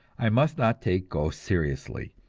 i must not take ghosts seriously,